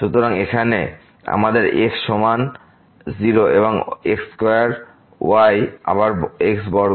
সুতরাং এখানে আমাদের x সমান 0 এবং x স্কয়ার y আবার x বর্গ